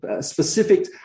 specific